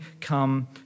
come